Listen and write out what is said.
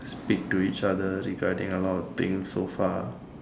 speak to each other regarding a lot of things so far